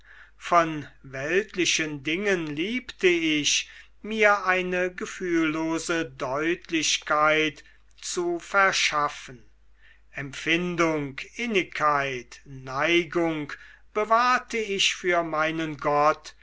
von weltlichen dingen liebte ich mir eine gefühllose deutlichkeit zu verschaffen empfindung innigkeit neigung bewahrte ich für meinen gott